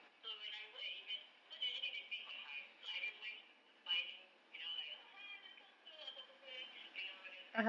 so when I work at events because usually they pay quite high so I don't mind smi~ smiling you know like oh hi welcome to apa apa apa you know then